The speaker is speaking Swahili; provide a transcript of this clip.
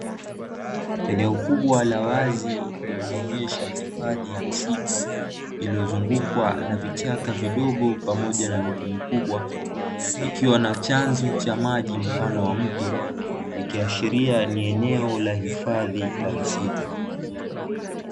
Eneo kubwa la wazi linaloonyesha hifadhi ya msitu lililozunguukwa na vichaka vidogo pamoja na miti mikubwa, ikiwa na chanzo cha maji mfano wa mto ikiashiria eneo la hifadhi la misitu,